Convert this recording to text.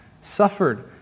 suffered